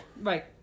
Right